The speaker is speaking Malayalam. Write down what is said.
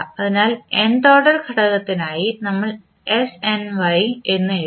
അതിനാൽ nth ഓർഡർ ഘടകത്തിനായി നമ്മൾ snY എന്ന് എഴുതി